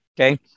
okay